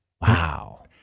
Wow